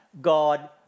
God